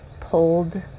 pulled